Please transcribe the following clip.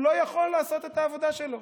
הוא לא יכול לעשות את העבודה שלו,